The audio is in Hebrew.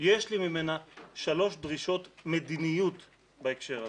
יש לי ממנה שלוש דרישות מדיניוּת בהקשר הזה.